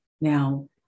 Now